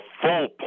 full